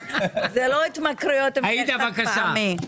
שזה בעצם אני מתחבר למה שאמרתי קודם לכן - סוגיות טבעיות לחלוטין.